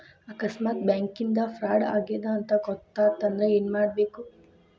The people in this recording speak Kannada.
ಆಕಸ್ಮಾತ್ ಬ್ಯಾಂಕಿಂದಾ ಫ್ರಾಡ್ ಆಗೇದ್ ಅಂತ್ ಗೊತಾತಂದ್ರ ಏನ್ಮಾಡ್ಬೇಕು?